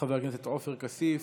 חבר הכנסת עופר כסיף,